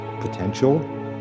potential